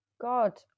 God